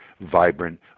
vibrant